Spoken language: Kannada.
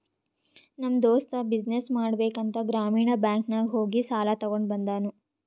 ನಮ್ ದೋಸ್ತ ಬಿಸಿನ್ನೆಸ್ ಮಾಡ್ಬೇಕ ಅಂತ್ ಗ್ರಾಮೀಣ ಬ್ಯಾಂಕ್ ನಾಗ್ ಹೋಗಿ ಸಾಲ ತಗೊಂಡ್ ಬಂದೂನು